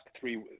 three